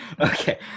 Okay